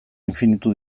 infinitu